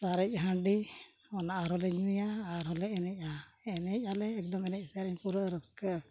ᱥᱟᱨᱮᱡ ᱦᱟᱺᱰᱤ ᱚᱱᱟ ᱟᱨᱦᱚᱸ ᱞᱮ ᱧᱩᱭᱟ ᱟᱨᱦᱚᱸᱞᱮ ᱮᱱᱮᱡᱼᱟ ᱮᱱᱮᱡ ᱟᱞᱮ ᱮᱠᱫᱚᱢ ᱮᱱᱮᱡ ᱥᱮᱨᱮᱧ ᱯᱩᱨᱟᱹ ᱨᱟᱹᱥᱠᱟᱹ